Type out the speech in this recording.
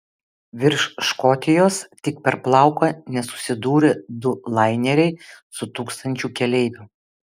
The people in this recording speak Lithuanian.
virš škotijos tik per plauką nesusidūrė du laineriai su tūkstančiu keleivių